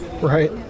Right